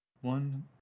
One